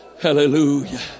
Hallelujah